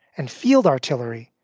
and field artillery,